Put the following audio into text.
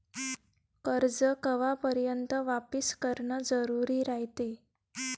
कर्ज कवापर्यंत वापिस करन जरुरी रायते?